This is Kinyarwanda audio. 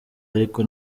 ariko